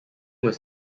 was